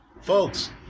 Folks